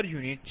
u